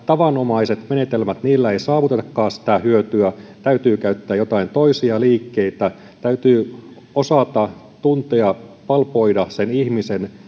tavanomaisilla menetelmillä ei saavutetakaan sitä hyötyä ja täytyy käyttää joitain toisia liikkeitä täytyy osata tuntea palpoida sen ihmisen